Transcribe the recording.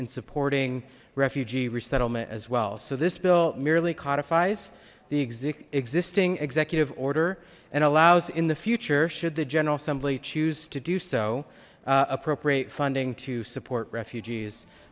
in supporting refugee resettlement as well so this bill merely codifies the existing executive order and allows in the future should the general assembly choose to do so appropriate funding to support refugees